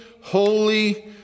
holy